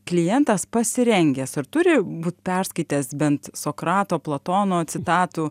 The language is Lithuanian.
klientas pasirengęs ar turi būt perskaitęs bent sokrato platono citatų